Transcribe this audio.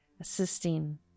assisting